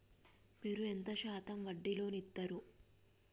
మీరు ఎంత శాతం వడ్డీ లోన్ ఇత్తరు?